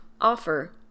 offer